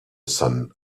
sun